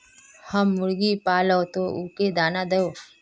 हम मुर्गा पालव तो उ के दाना देव?